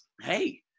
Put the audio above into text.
hey